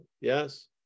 Yes